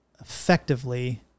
effectively